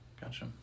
gotcha